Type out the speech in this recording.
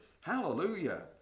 Hallelujah